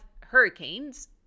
hurricanes